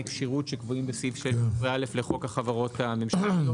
כשירות שקבועים בסעיף 16(א) לחוק החברות הממשלתיות,